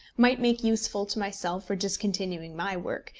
might make useful to myself for discontinuing my work,